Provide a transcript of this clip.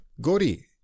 Gori